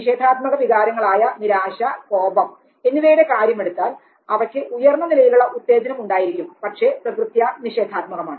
നിഷേധാത്മക വികാരങ്ങൾ ആയ നിരാശ കോപം എന്നിവയുടെ കാര്യമെടുത്താൽ അവക്ക് ഉയർന്ന നിലയിലുള്ള ഉത്തേജനം ഉണ്ടായിരിക്കും പക്ഷേ പ്രകൃത്യാ നിഷേധാത്മകമാണ്